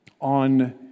on